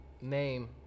name